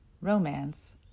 romance